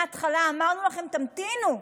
מההתחלה אמרנו לכם: תמתינו.